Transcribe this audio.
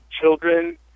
children